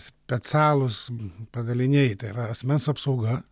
specialūs padaliniai tai yra asmens apsauga